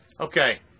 Okay